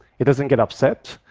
it doesn't get upset,